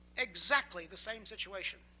exactly the same situation